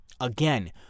Again